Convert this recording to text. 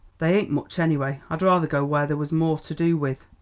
they ain't much anyway. i'd rather go where there was more to do with.